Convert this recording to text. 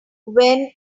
when